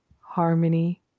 harmony